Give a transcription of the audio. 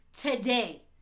today